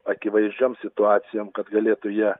akivaizdžiom situacijom kad galėtų jie